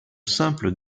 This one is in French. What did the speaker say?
simple